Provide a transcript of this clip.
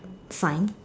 fine